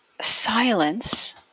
Silence